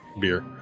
beer